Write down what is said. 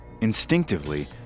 Instinctively